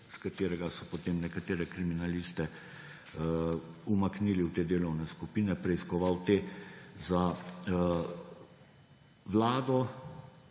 iz katerega so potem nekatere kriminaliste umaknili v te delovne skupine, preiskoval te za vlado